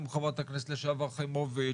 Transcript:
גם חברת הכנסת לשעבר חיימוביץ,